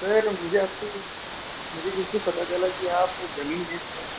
sir मुझे आपसे कुछ मुझे किसी से पता चला कि आप जमीन बेचते हैं